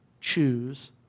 choose